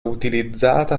utilizzata